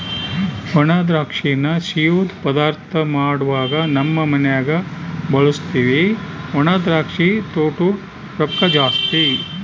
ಒಣದ್ರಾಕ್ಷಿನ ಸಿಯ್ಯುದ್ ಪದಾರ್ಥ ಮಾಡ್ವಾಗ ನಮ್ ಮನ್ಯಗ ಬಳುಸ್ತೀವಿ ಒಣದ್ರಾಕ್ಷಿ ತೊಟೂಗ್ ರೊಕ್ಕ ಜಾಸ್ತಿ